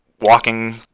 walking